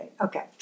Okay